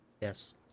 Yes